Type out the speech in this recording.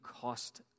cost